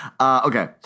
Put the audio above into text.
Okay